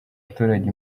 abaturage